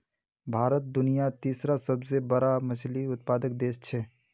भारत दुनियार तीसरा सबसे बड़ा मछली उत्पादक देश छे